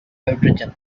hydrogen